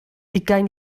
ugain